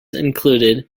included